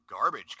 garbage